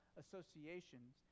associations